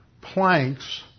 planks